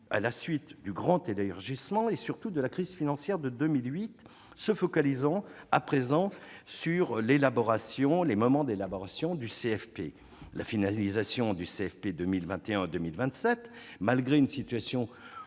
à la suite du grand élargissement et, surtout, de la crise financière de 2008. Elles se focalisent à présent sur la période d'élaboration des CFP. La finalisation du CFP 2021-2027, malgré une situation